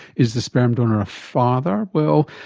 is the sperm donor a father? well,